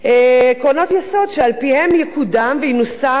עקרונות יסוד שעל-פיהם תקודם ותנוסח